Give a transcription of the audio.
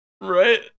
Right